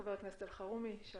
חבר הכנסת אלחרומי, בבקשה.